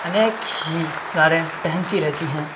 انیک ہی گاریں پہنتی رہتی ہیں